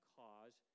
cause